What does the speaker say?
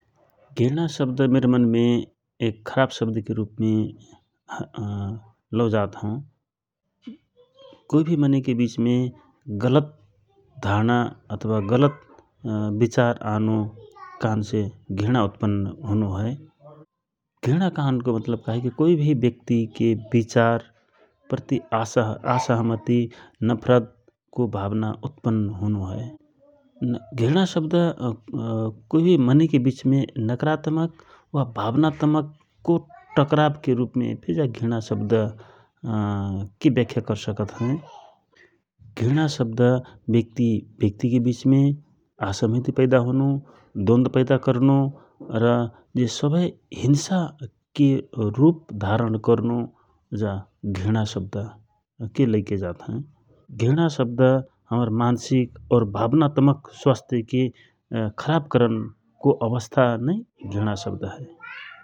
घिर्णा शब्द मिर मनमे खराब शब्दके रूपमे लौ जात हौ । कोइ भि मनै के विचमे गलत धारणा अथवा गलत विचार आनो कहन्से घृणा उत्पन्न होनो हए । घिर्णा कहनको मतलब हए कोइ भि ब्यक्तिके बिचार प्रति असहमति नफरतको भवना उत्पन्न होनो हए । घिर्णा शब्द कोइ भि मनै के विचमे नाकारात्मक वा भावनात्मकको टकरावके रूपमे फिर जा घिर्णा शब्दके व्याख्या कर सकत हए । घिर्णा शब्द व्यक्ति ब्यक्ति के बिचमे असहमति पैदा होनो द्वोन्द पैदा करनो र जे सबय हिन्साके रूप धारन करनो जा घिर्णा शब्द के लैके जात हए । घिर्णा शब्द हमर मान्सिक और भावनात्मक स्वास्थ्यके खराब करन को आवस्था नै घिर्णा शब्द हए ।